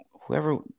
Whoever